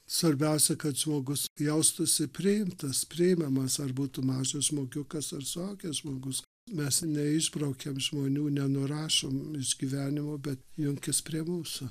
svarbiausia kad žmogus jaustųsi priimtas prieinamas ar būtų mažas žmogiukas ar suaugęs žmogus mes neišbraukiam žmonių nenurašom išgyvenimo bet junkis prie mūsų